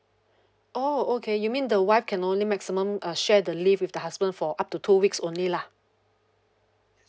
oh okay you mean the wife can only maximum uh share the leave with the husband for up to two weeks only lah